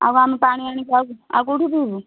ଆଉ ଆମେ ପାଣି ଆଣିକି ଆଉ ଆଉ କେଉଁଠି ଧୁଇବୁ